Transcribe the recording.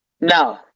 No